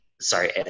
sorry